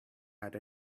had